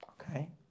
Okay